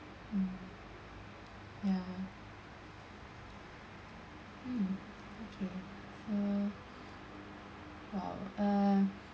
mm ya mm okay so !wow! uh